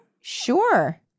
Sure